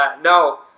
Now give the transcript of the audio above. no